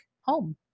home